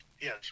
Yes